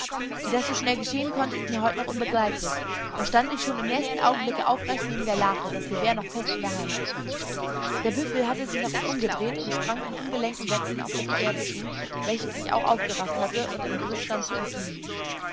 wie das so schnell geschehen konnte ist mir heut noch unbegreiflich doch stand ich schon im nächsten augenblicke aufrecht neben der lache das gewehr noch fest in der hand der büffel hatte sich nach uns umgedreht und sprang in ungelenken sätzen auf das pferd zu welches sich auch aufgerafft hatte und im begriffe stand zu entfliehen